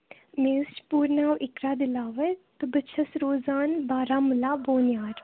مےٚ حظ چھُ پوٗرٕ ناو اِقرا دِلاوَر تہٕ بہٕ چھَس روزان بارہ مُلا بونۍ یار